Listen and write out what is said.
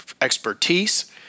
expertise